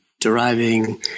deriving